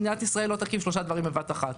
מדינת ישראל לא תקים שלושה דברים בבת אחת,